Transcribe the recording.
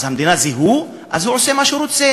אז המדינה זה הוא, אז הוא עושה מה שהוא רוצה,